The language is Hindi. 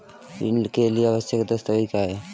ऋण के लिए आवश्यक दस्तावेज क्या हैं?